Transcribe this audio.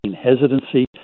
hesitancy